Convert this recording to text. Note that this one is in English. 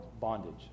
bondage